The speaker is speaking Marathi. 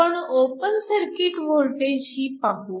आपण ओपन सर्किट वोल्टेजही पाहू